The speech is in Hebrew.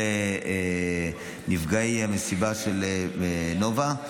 נפגעי המסיבה בנובה,